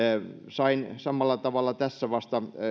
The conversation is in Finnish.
sain samalla tavalla tässä vasta